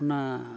ᱚᱱᱟ